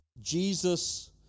Jesus